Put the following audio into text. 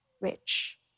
rich